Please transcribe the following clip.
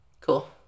Cool